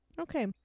Okay